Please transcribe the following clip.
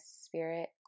spirit